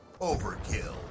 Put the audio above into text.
Overkill